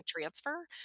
transfer